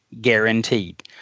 guaranteed